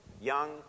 young